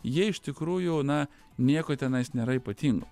jie iš tikrųjų na nieko tenais nėra ypatingo